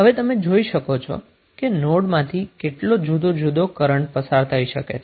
હવે તમે જોઈ શકો છો કે નોડમાંથી કેટલો જુદો જુદો કરન્ટ પસાર થઈ શકે છે